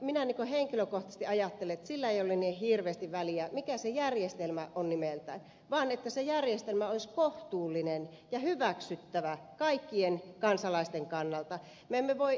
minä henkilökohtaisesti ajattelen että sillä ei ole niin hirveästi väliä mikä se järjestelmä on nimeltään vaan että se järjestelmä olisi kohtuullinen ja hyväksyttävä kaikkien kansalaisten kannalta